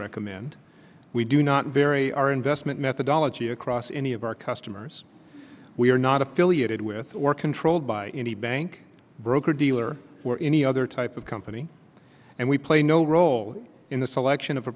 recommend we do not very our investment methodology across any of our customers we are not affiliated with or controlled by any bank broker dealer or any other type of company and we play no role in the selection of a